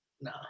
no